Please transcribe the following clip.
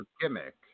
gimmick